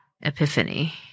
epiphany